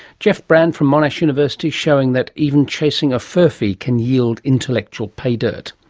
geoff brand from monash university, showing that even chasing a furphy can yield intellectual paydirt.